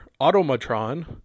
Automatron